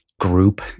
group